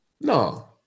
No